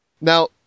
Now